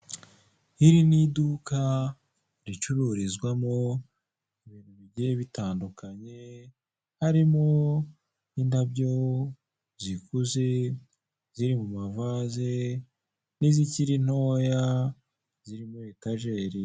Iri ni iduka ricururizwamo ibintu bigiye bitandukanye harimo n'indabyo zikuze ziri mu mavaze n'izikiri ntoya zi muri etajeri.